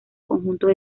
conjuntos